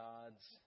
God's